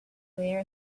there